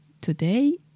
today